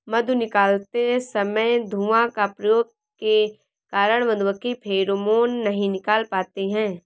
मधु निकालते समय धुआं का प्रयोग के कारण मधुमक्खी फेरोमोन नहीं निकाल पाती हैं